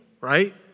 right